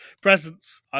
presents